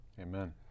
Amen